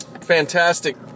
fantastic